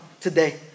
today